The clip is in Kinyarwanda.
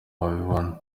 babibona